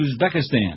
Uzbekistan